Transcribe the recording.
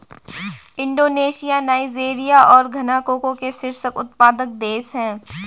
Indonesia Nigeria और Ghana cocoa के शीर्ष उत्पादक देश हैं